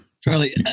Charlie